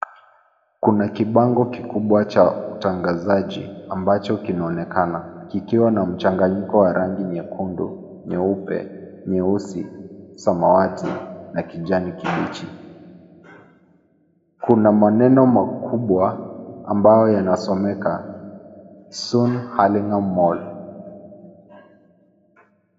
Kuna kibango kubwa cha utanganzaji ambacho kinaonekana kikiwa na mchanganyiko wa rangi nyekundu, nyeupe, nyeusi, samawati na kijani kibichi. Kuna maneno makubwa ambayo yanasomeka soon hurlingham mall .